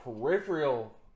peripheral